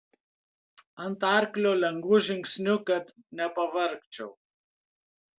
ant arklio lengvu žingsniu kad nepavargčiau